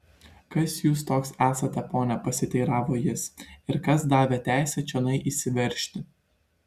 kas jūs toks esate pone pasiteiravo jis ir kas davė teisę čionai įsiveržti